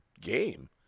game